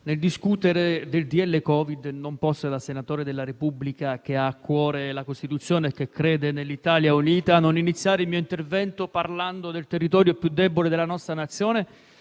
epidemiologica da Covid-19, non posso da senatore della Repubblica, che ha a cuore la Costituzione e crede nell'Italia unita, non iniziare il mio intervento parlando del territorio più debole della nostra Nazione,